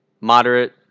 moderate